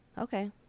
Okay